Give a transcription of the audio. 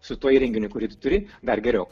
su tuo įrenginiu kurį tu turi dar geriau